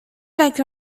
like